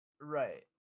right